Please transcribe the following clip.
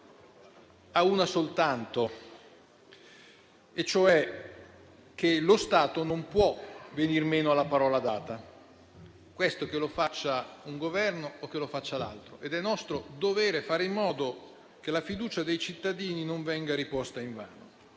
a una soltanto. La ragione è che lo Stato non può venir meno alla parola data, che lo faccia un Governo o un altro, ed è nostro dovere fare in modo che la fiducia dei cittadini non venga riposta invano.